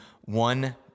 one